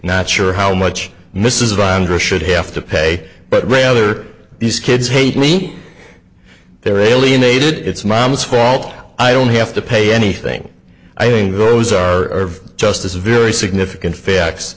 not sure how much mrs brandreth should have to pay but rather these kids hate me they are alienated it's mom's fault i don't have to pay anything i think those are just as very significant facts